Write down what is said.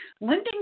lending